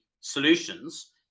solutions